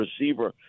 receiver